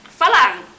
falang